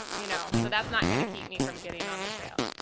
you know so that's not going to keep me from getting on the trail.